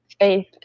faith